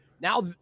Now